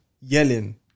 yelling